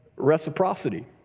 reciprocity